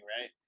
right